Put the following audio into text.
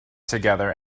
together